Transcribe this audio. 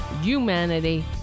humanity